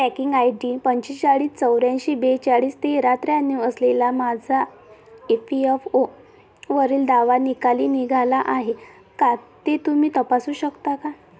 tracking I D पंचेचाळीस चौऱ्याऐंशी बेचाळीस तेरा त्र्याण्णव असलेला माझा ए पी यफ ओ वरील दावा निकाली निघाला आहे का ते तुम्ही तपासू शकता का